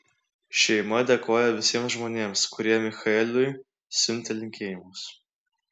šeima dėkoja visiems žmonėms kurie michaeliui siuntė linkėjimus